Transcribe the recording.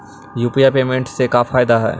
UPI payment से का फायदा है?